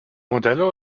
modelle